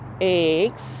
eggs